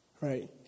right